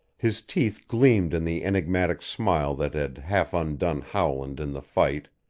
his teeth gleamed in the enigmatic smile that had half undone howland in the fight.